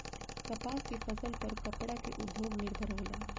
कपास के फसल पर कपड़ा के उद्योग निर्भर होला